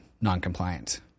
non-compliant